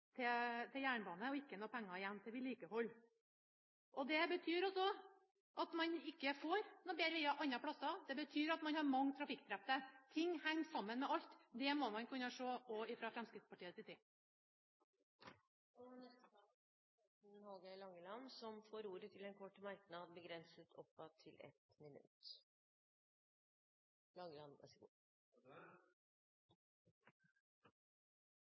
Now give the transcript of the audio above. igjen til jernbane og ikke noen penger igjen til vedlikehold. Det betyr altså at man ikke får noen bedre veier noen andre steder, og det betyr at man har mange trafikkdrepte. Ting henger sammen med alt. Det må man kunne se også fra Fremskrittspartiets side. Hallgeir H. Langeland har hatt ordet to ganger tidligere og får ordet til en kort merknad, begrenset til 1 minutt. «Fysst lage me ein vei som e så